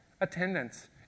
attendance